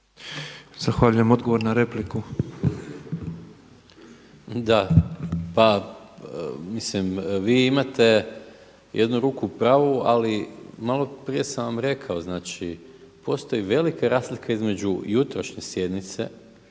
Zahvaljujem. Odgovor na repliku